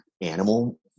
animal